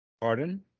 Pardon